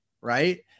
right